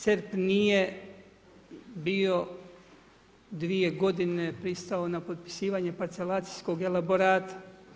CERP nije bio dvije godine pristao na potpisivanje parcelacijskog elaborata.